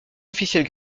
officiels